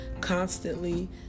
constantly